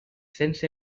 sense